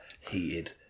heated